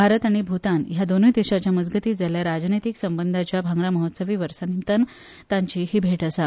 भारत आनी भुतान ह्या दोनूय देशांच्या मजगती जाल्ल्या राजनितीक संबंदांच्या भांगरा महोत्सवी वर्सा निमतान तांची ही भेट आसा